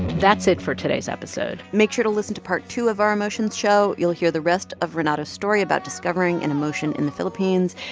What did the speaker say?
that's it for today's episode make sure to listen to part two of our emotions show. you'll hear the rest of renato's story about discovering an emotion in the philippines.